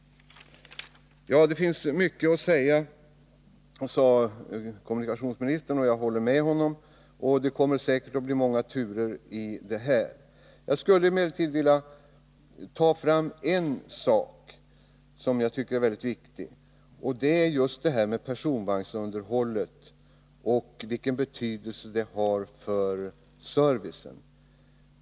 Det finns mycket att säga, sade kommunikationsministern, och jag håller med honom. Säkert kommer de här frågorna att diskuteras i många turer. Jag skulle emellertid vilja framhålla ytterligare en sak som jag tycker är väldigt viktig, och det gäller personvagnsunderhållet och dess betydelse för servicen.